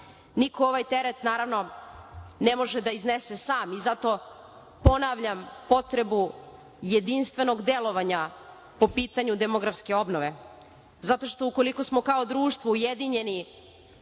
Niko ovaj teren ne može da iznese sam i zato ponavljam potrebu jedinstvenog delovanja po pitanju demografske obnove. Zato što ukoliko smo kao društvo ujedinjeni